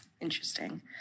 Interesting